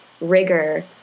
rigor